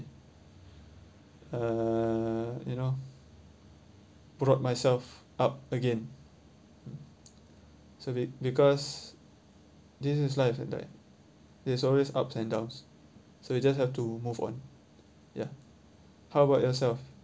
uh you know brought myself up again so be~ because this is life and like there's always ups and downs so you just have to move on ya how about yourself